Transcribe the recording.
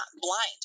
blind